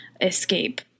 escape